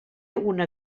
una